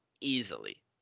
Easily